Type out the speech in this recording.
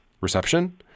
reception